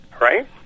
right